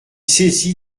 saisie